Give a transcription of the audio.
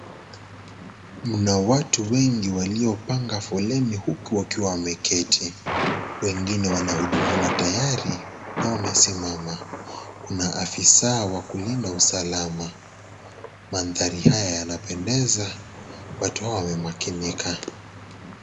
Mna watu wengi waliopanga foleni huku wakiwa wameketi. Wengine wanahudumiwa tayari na wamesimama. Kuna afisa wa kulinda usalama. Mandhari haya yanapendeza. Watu hawa wamemakinika.